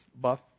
buff